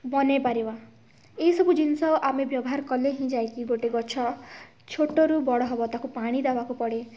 ବନେଇପାରିବା ଏହି ସବୁ ଜିନିଷ ଆମେ ବ୍ୟବହାର କଲେ ହିଁ ଯାଇକି ଗୋଟେ ଗଛ ଛୋଟରୁ ବଡ଼ ହେବ ତାକୁ ପାଣି ଦେବାକୁ ପଡ଼େ